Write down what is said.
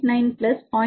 9 plus 0